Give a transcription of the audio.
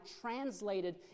translated